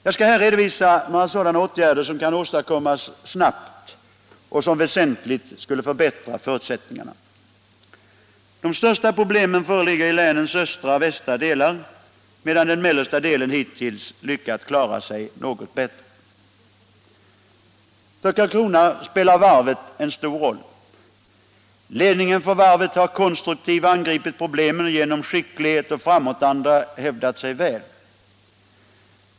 Jag skall här redovisa några sådana åtgärder, som kan åstadkommas mycket snabbt och som väsentligt skulle förbättra förutsättningarna. sysselsättningen i Blekinge De största problemen föreligger i länets östra och västra delar, medan den mellersta deien hittills har lyckats klara sig något bättre. För Karlskrona spelar varvet en stor roll. Ledningen för varvet har konstruktivt angripit problemen och genom skicklighet och framåtanda hävdat sig väl.